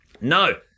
No